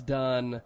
done